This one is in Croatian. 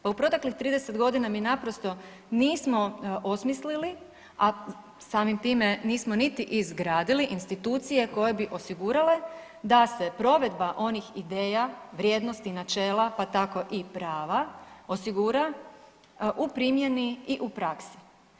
Pa u proteklih 30 godina mi naprosto nismo osmislili, a samim time nismo niti izgradili institucije koje bi osigurale da se provedba onih ideja, vrijednosti, načela pa tako i prava osigura u primjeni i u praksi.